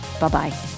Bye-bye